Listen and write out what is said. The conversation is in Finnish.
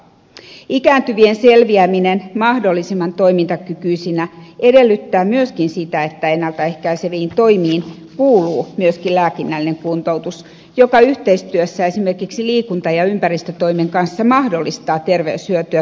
ikääntyvien selviäminen mahdollisimman toimintakykyisinä edellyttää myöskin sitä että ennalta ehkäiseviin toimiin kuuluu myöskin lääkinnällinen kuntoutus joka yhteistyössä esimerkiksi liikunta ja ympäristötoimen kanssa mahdollistaa terveyshyötyä tuottavia toimenpiteitä